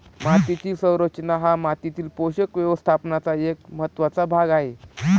मातीची संरचना हा मातीतील पोषक व्यवस्थापनाचा एक महत्त्वाचा भाग आहे